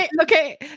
okay